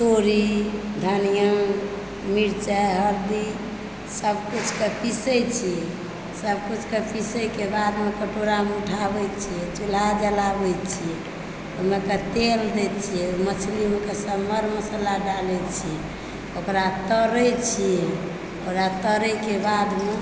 तोरी धनिया मिरचाइ हरदी सब किछु कऽ पीसए छी सब किछु कऽ पीसएकेँ बादमे कटोरामे उठाबए छियै चूल्हा जलाबए छियै ओहिमे कऽ तेल दए छियै मछलीमे कऽ सब मर मशाला डालए छियै ओकरा तरै छी ओकरा तरै कऽ बादमे